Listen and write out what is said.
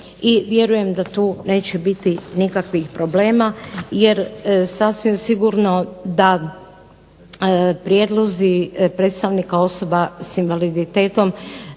I vjerujem da tu neće biti nikakvih problema jer sasvim sigurno da prijedlozi predstavnika osoba s invaliditetom